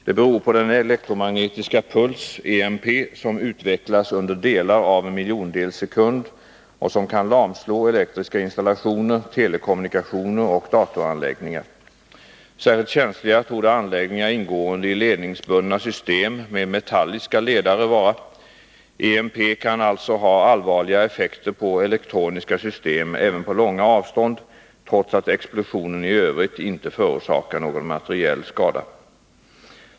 Det beror på den elektromagnetiska puls som utvecklas under delar av en miljondels sekund och som kan lamslå elektriska installationer, telekommunikationer och datoranläggningar. Särskilt känsliga torde anläggningar ingående i ledningsbundna system med metalliska ledare vara. EMP kan alltså ha allvarliga effekter på elektroniska system även på långa avstånd, trots att explosionen i övrigt inte förorsakar någon materiell skada.